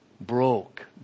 Broke